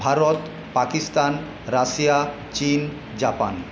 Bharat Pakistan Russia চিন Japan